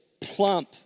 plump